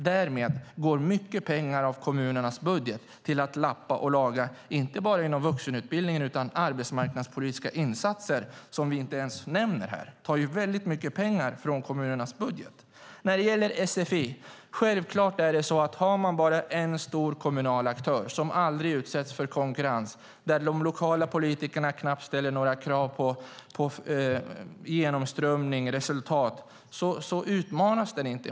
Därmed går mycket pengar från kommunernas budget till att lappa och laga, inte bara inom vuxenutbildningen utan inom arbetsmarknadspolitiska insatser som vi inte ens nämner här. Det tar mycket pengar från kommunernas budgetar. Har man bara en stor kommunal aktör i fråga om sfi som aldrig utsätts för konkurrens och som de lokala politikerna knappt ställer några krav på i fråga om genomströmning och resultat utmanas den inte.